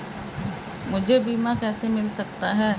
मुझे बीमा कैसे मिल सकता है?